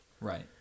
Right